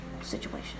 situation